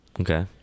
okay